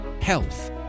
health